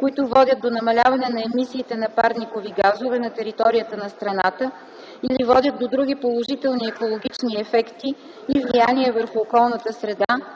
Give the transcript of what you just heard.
които водят до намаляване на емисиите на парникови газове на територията на страната или водят до други положителни екологични ефекти и влияния върху околната среда,